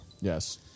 Yes